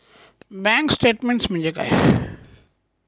Bank statement म्हणजे काय?